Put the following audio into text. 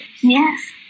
Yes